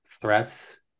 threats